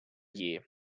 year